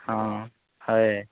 ହଁ ହଏ